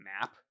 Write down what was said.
map